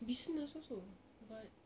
business also but